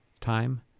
time